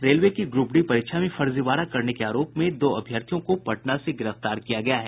railway की group D परीक्षा में फर्जीवाड़ा करने के आरोप में दो अभ्यर्थियों को पटना से गिरफ्तार किया गया है